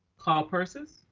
carl persis.